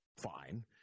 Fine